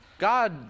God